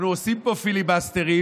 אנחנו עושים פה פיליבסטרים,